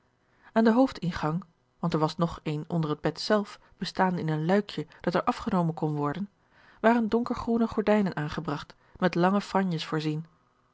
aan den hoofdingang want er was nog een onder het bed zelf bestaande in een luikje dat er afgenomen kon worden waren donkergroene gordijnen aangebragt met lange franjes voorzien